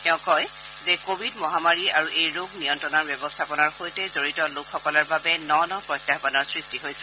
তেওঁ কয় যে কোৱিড মহামাৰী আৰু এই ৰোগ নিয়ন্ত্ৰণৰ ব্যৱস্থাপনাৰ সৈতে জড়িত লোকসকলৰ বাবে ন ন প্ৰত্যাহানৰ সৃষ্টি হৈছে